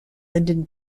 lyndon